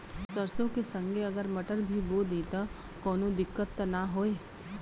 सरसो के संगे अगर मटर भी बो दी त कवनो दिक्कत त ना होय?